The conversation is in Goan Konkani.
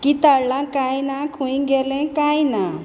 कित हाडलां कांय ना खूंय गेलें कांय ना